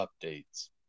updates